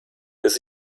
biss